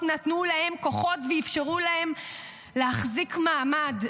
נתנו להם כוחות ואפשרו להם להחזיק מעמד,